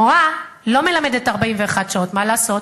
מורה לא מלמדת 41 שעות, מה לעשות?